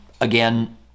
Again